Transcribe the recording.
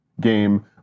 game